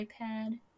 iPad